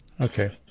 Okay